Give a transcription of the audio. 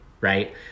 Right